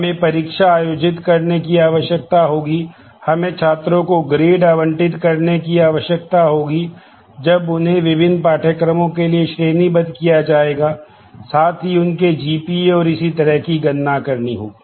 हमें परीक्षा आयोजित करने की आवश्यकता होगी हमें छात्रों को ग्रेड आवंटित करने की आवश्यकता होगी जब उन्हें विभिन्न पाठ्यक्रमों के लिए श्रेणीबद्ध किया जाएगा साथ ही उनके जीपीए और इसी तरह की गणना करनी होगी